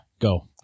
go